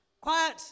quiet